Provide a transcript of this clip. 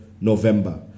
November